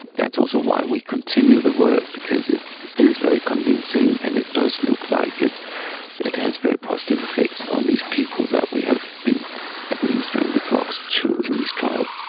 that's also why we continue the work because it is very convincing and it does look like it it has very positive effects on these people that we have been administering the drugs to in these trials.